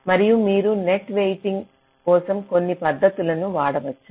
మరియు మీరు net waiting కోసం కొన్ని పద్ధతులను వాడవచ్చు